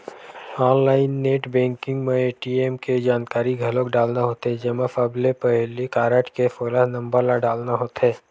online net banking म ATM के जानकारी घलोक डालना होथे जेमा सबले पहिली कारड के सोलह नंबर ल डालना होथे